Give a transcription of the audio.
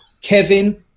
Kevin